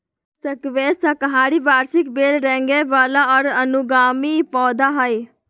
squash साकाहारी वार्षिक बेल रेंगय वला और अनुगामी पौधा हइ